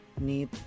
need